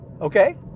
Okay